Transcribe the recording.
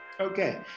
okay